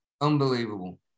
Unbelievable